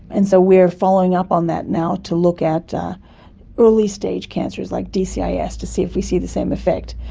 and so we are following up on that now to look at early stage cancers, like dcis, to see if we see the same effect.